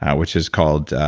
which is called